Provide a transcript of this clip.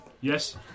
Yes